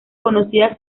conocida